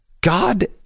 God